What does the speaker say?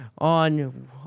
on